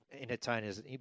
entertainers